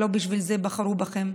לא בשביל זה בחרו בכם.